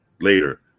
later